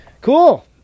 Cool